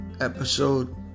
episode